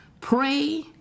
Pray